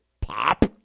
Pop